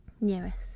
Nearest